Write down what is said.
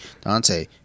Dante